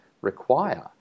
require